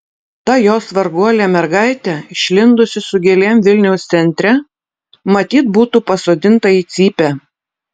ta jos varguolė mergaitė išlindusi su gėlėm vilniaus centre matyt būtų pasodinta į cypę